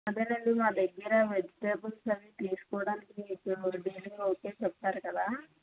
అదేనండి మా దగ్గర వెజిటేబుల్స్ అవి తీసుకోవడానికి మీకు డీలింగ్ ఓకే చెప్పారు కదా